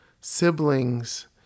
siblings